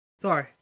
Sorry